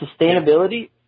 Sustainability